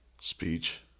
speech